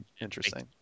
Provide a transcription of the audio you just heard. interesting